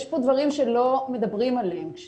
יש פה דברים שלא מדברים עליהם.